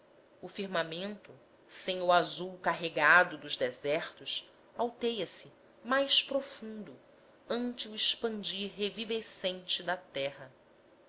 o firmamento sem o azul carregado dos desertos alteia se mais profundo ante o expandir revivescente da terra